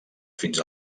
fins